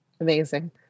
Amazing